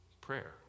prayer